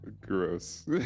Gross